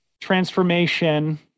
transformation